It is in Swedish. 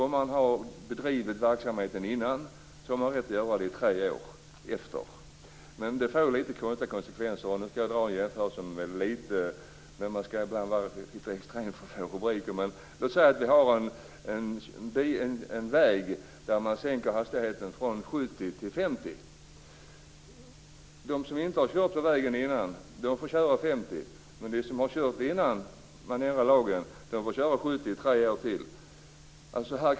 Om man har bedrivit verksamheten innan har man rätt att göra det i tre år till. Det får litet konstiga konsekvenser. Nu skall jag dra en jämförelse som är litet extrem, men man skall ibland vara litet extrem för att få rubriker. Låt säga att man sänker hastigheten från 70 till 50 kilometer i timmen på en väg. De som inte har kört på vägen innan får köra i 50. De som har kört innan man ändrade lagen får köra i 70 i tre år till.